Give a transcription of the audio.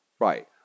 right